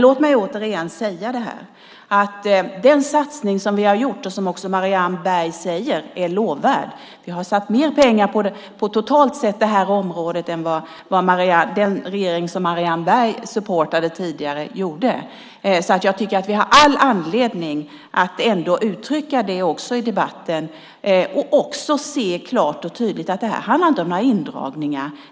Låt mig återigen nämna den satsning som vi har gjort, och som Marianne Berg också säger är lovvärd. Vi har satt mer pengar på det här området totalt än vad den tidigare regeringen som Marianne Berg supportade gjorde. Jag tycker att vi har all anledning att uttrycka det i debatten och klart och tydligt se att det inte handlar om några indragningar.